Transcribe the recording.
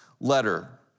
letter